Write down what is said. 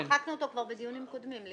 לימור, מחקנו אותו כבר בדיונים קודמים.